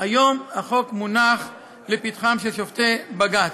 והיום החוק מונח לפתחם של שופטי בג"ץ.